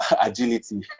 Agility